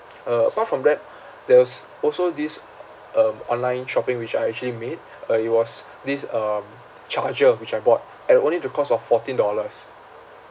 uh apart from that there was also this um online shopping which I actually made uh it was this um charger which I bought at only the cost of fourteen dollars